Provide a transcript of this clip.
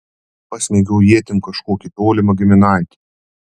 pasmeigiau ietim kažkokį tolimą giminaitį